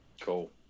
Cool